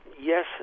Yes